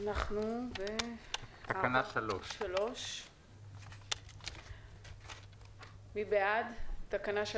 תקנה 3. מי בעד התקנה?